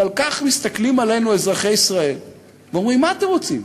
ועל כך מסתכלים עלינו אזרחי ישראל ואומרים: מה אתם רוצים?